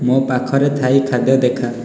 ମୋ ପାଖରେ ଥାଇ ଖାଦ୍ୟ ଦେଖା